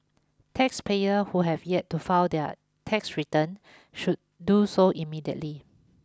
taxpayers who have yet to file their tax return should do so immediately